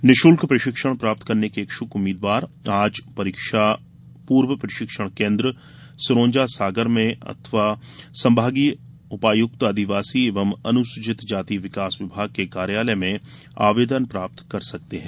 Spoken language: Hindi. निःशुल्क प्रशिक्षण प्राप्त करने के इच्छुक उम्मीदवार आज परीक्षा पूर्व प्रशिक्षण केन्द्र सिरोजा सागर में अथवा संभागीय उपायुक्त आदिवासी एवं अनुसूचित जाति विकास विभाग के कार्यालय में आवेदन प्रस्तुत कर सकते हैं